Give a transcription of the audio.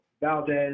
Valdez